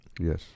yes